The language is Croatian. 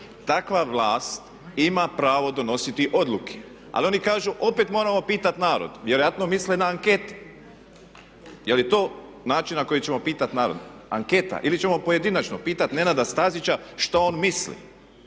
Takva vlast ima pravo donositi odluke, ali oni kažu opet moramo pitat narod. Vjerojatno misle na anketu. Je li to način na koji ćemo pitati narod, anketa ili ćemo pojedinačno pitat Nenada Stazića šta on misli.